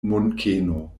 munkeno